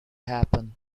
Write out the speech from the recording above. happen